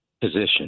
position